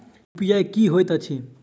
UPI की होइत अछि